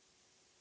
Hvala.